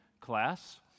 class